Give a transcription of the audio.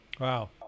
Wow